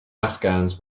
afghans